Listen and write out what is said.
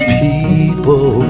people